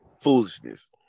foolishness